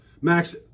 Max